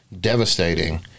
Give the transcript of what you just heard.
devastating